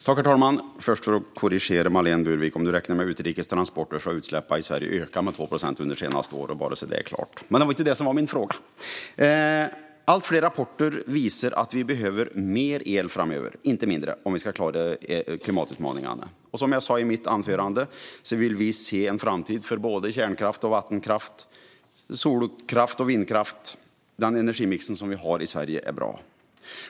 Herr talman! Låt mig först korrigera Marlene Burwick: Om du räknar med utrikes transporter har utsläppen i Sverige ökat med 2 procent under de senaste två åren. Men det var inte detta som var min fråga. Allt fler rapporter visar att vi behöver mer el framöver, inte mindre, om vi ska klara klimatutmaningarna. Som jag sa i mitt anförande vill vi se en framtid för både kärnkraft, vattenkraft, solkraft och vindkraft. Den energimix som vi har i Sverige är bra.